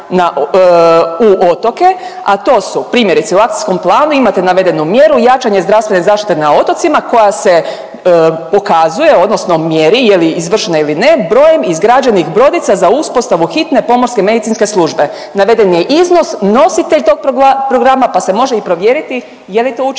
u otoke, a to su primjerice u akcijskom planu imate navedenu mjeru jačanje zdravstvene zaštite na otocima koja se pokazuje odnosno mjeri je li izvršena ili ne brojem izgrađenih brodica za uspostavu hitne pomorske medicinske službe. Naveden je iznos, nositelj tog programa pa se može i provjeriti je to učinjeno